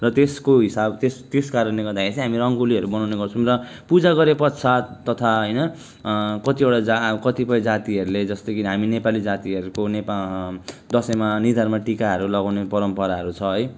र त्यसको हिसाब त्यस त्यस कारणले गर्दाखेरि चाहिँ हामी रङ्गोलीहरू बनाउने गर्छौँ र पूजा गरेपश्चात तथा होइन कतिवटा जा कतिपय जातिहरूले जस्तो कि हामी नेपाली जातिहरूको नेपाली दसैँमा निधारमा टिकाहरू लगाउने परम्पराहरू छ है